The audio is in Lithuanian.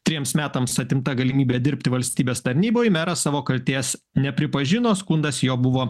triems metams atimta galimybė dirbti valstybės tarnyboj meras savo kaltės nepripažino skundas jo buvo